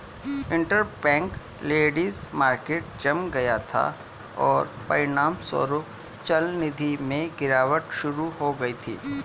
interbank lending market जम गया था, और परिणामस्वरूप चलनिधि में गिरावट शुरू हो गई थी